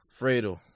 Fredo